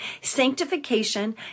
sanctification